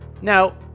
now